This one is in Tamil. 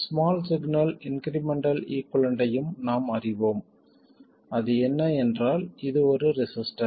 ஸ்மால் சிக்னல் இன்க்ரிமெண்டல் ஈகுவலன்ட்டையும் நாம் அறிவோம் அது என்ன என்றால் இது ஒரு ரெசிஸ்டர்